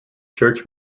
church